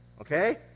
Okay